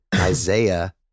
Isaiah